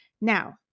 now